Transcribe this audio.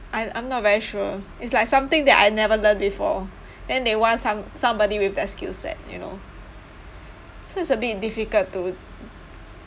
I I'm not very sure it's like something that I never learn before then they want some~ somebody with that skill set you know so it's a bit difficult to